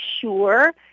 sure